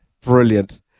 Brilliant